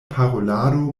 parolado